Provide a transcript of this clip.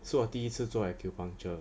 so 我第一次做 acupuncture